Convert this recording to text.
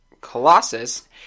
Colossus